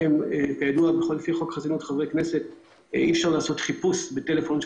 שלפיו אי אפשר לעשות חיפוש בטלפון של